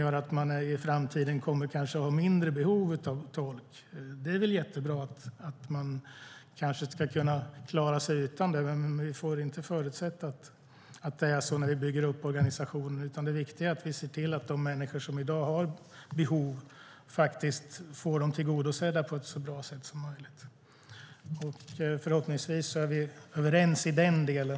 Och det är bra att tekniken gör att man i framtiden kanske kan klara sig utan tolk, men vi får inte förutsätta att det är så när vi bygger upp organisationer. Det viktiga är att vi ser till att de människor som i dag har behov får dem tillgodosedda på ett så bra sätt som möjligt. Förhoppningsvis är vi överens i den delen.